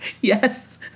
Yes